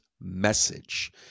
message